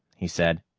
he said,